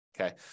Okay